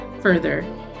further